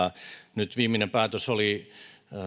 nyt viimeinen päätös oli